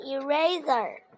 eraser